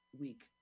week